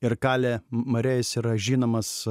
ir kalė mareis yra žinomas